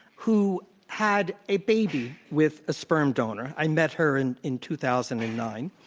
who had a baby with a sperm donor, i met her in in two thousand and nine.